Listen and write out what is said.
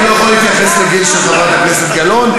אני לא יכול להתייחס לגיל של חברת הכנסת גלאון,